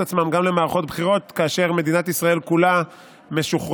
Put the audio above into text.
עצמן גם למערכות בחירות כאשר מדינת ישראל כולה משוחררת